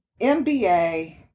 MBA